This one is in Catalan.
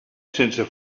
sense